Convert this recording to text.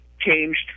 changed